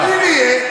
אבל אם יהיה,